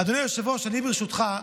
אדוני היושב-ראש, ברשותך,